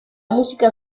música